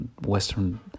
Western